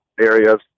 areas